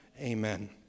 Amen